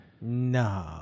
no